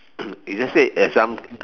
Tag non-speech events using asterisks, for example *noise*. *coughs* if let's say at some